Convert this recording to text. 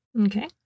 Okay